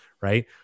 right